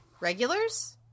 regulars